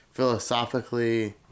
philosophically